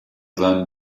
seinen